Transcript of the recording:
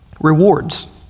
Rewards